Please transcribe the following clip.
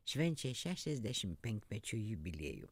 švenčia šešiasdešim penkmečio jubiliejų